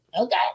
Okay